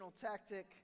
tactic